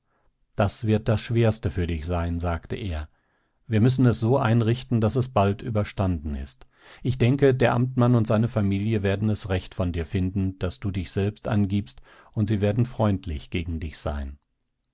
das wird das schwerste für dich sein sagte er wir müssen es so einrichten daß es bald überstanden ist ich denke der amtmann und seine familie werden es recht von dir finden daß du dich selbst angibst und sie werden freundlich gegen dich sein